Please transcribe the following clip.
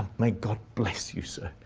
my god bless you, sir,